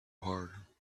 harder